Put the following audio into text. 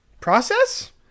process